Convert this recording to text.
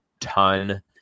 ton